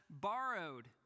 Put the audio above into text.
borrowed